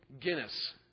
Guinness